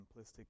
simplistic